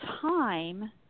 time